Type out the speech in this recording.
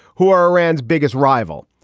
who are iran's biggest rival.